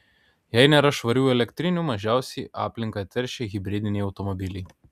jei nėra švarių elektrinių mažiausiai aplinką teršia hibridiniai automobiliai